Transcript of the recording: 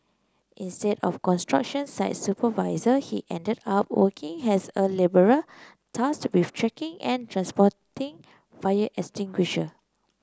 instead of construction site supervisor he ended up working as a labourer tasked with checking and transporting fire extinguishers